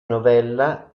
novella